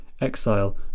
exile